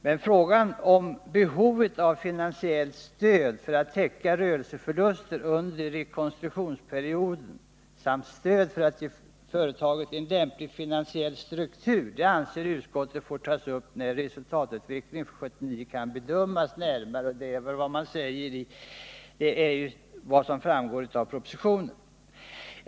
Men frågan om behovet av finansiellt stöd för att täcka rörelseförluster under rekonstruktionsperioden och för att ge företaget en lämplig finansiell struktur anser utskottet får tas upp när resultatutvecklingen för 1979 kan bedömas närmare. — Detta är väl vad som framgår av propositionen.